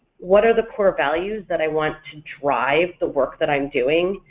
what are the core values that i want to drive the work that i'm doing?